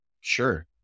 sure